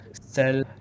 sell